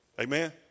Amen